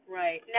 right